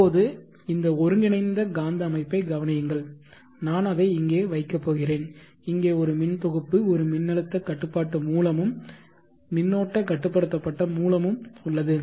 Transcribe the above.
இப்போது இந்த ஒருங்கிணைந்த காந்த அமைப்பைக் கவனியுங்கள் நான் அதை இங்கே வைக்கப் போகிறேன் இங்கே ஒரு மின் தொகுப்பு ஒரு மின்னழுத்த கட்டுப்பாட்டு மூலமும் மின்னோட்ட கட்டுப்படுத்தப்பட்ட மூலமும் உள்ளது